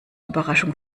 überraschung